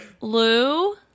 Lou